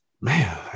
man